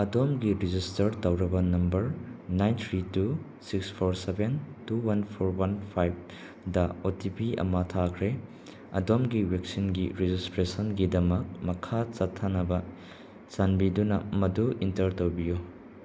ꯑꯗꯣꯝꯒꯤ ꯔꯦꯖꯤꯁꯇꯔ ꯇꯧꯔꯕ number nine three two six four seven two one four one ꯐꯥꯏꯚꯗ O T P ꯑꯃ ꯊꯥꯈꯔꯦ ꯑꯗꯣꯝꯒꯤ ꯚꯦꯛꯁꯤꯟꯒꯤ ꯔꯦꯖꯤꯁꯇ꯭ꯔꯦꯁꯟꯒꯤꯗꯃꯛ ꯃꯈꯥ ꯆꯠꯊꯅꯕ ꯆꯥꯟꯕꯤꯗꯨꯅ ꯃꯗꯨ ꯑꯦꯟꯇꯔ ꯇꯧꯕꯤꯌꯨ